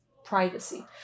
privacy